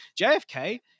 JFK